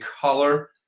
color